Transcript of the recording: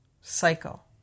cycle